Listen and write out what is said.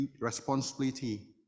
responsibility